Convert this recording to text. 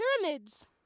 pyramids